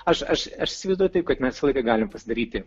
aš aš aš įsivaizduoju taip kad mes galim pasidaryti